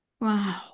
Wow